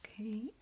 Okay